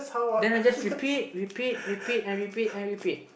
then I just repeat repeat repeat and repeat and repeat